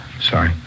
sorry